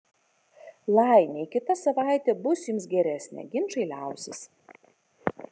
laimei kita savaitė bus jums geresnė ginčai liausis